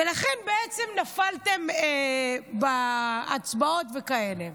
ולכן בעצם נפלתם בהצבעות, וכאלה.